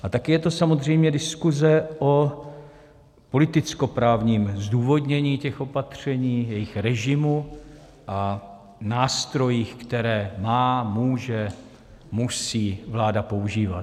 A taky je to samozřejmě diskuze o politickoprávním zdůvodnění těch opatření, jejich režimu a nástrojích, které má, může, musí vláda používat.